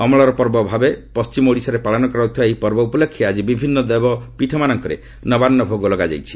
ଅମଳର ପର୍ବ ଭାବେ ପଶ୍ଚିମ ଓଡ଼ିଶାରେ ପାଳନ କରାଯାଉଥିବା ଏହି ପର୍ବ ଉପଲକ୍ଷେ ଆକି ବିଭିନ୍ନ ଦେବୀପୀଠମାନଙ୍କରେ ନବାନ୍ନ ଭୋଗ ଲଗାଯାଉଛି